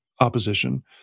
opposition